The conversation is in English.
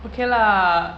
okay lah